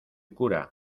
cura